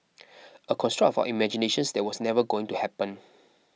a construct for imaginations that was never going to happen